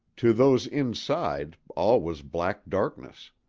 to those inside all was black darkness.